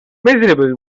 miserable